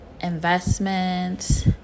investments